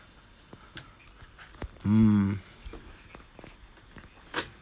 mm